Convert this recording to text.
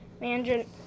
mandarin